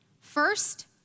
First